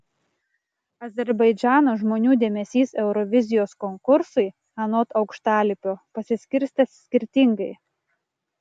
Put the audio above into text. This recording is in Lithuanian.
azerbaidžano žmonių dėmesys eurovizijos konkursui anot aukštalipio pasiskirstęs skirtingai